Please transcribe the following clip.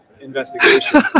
investigation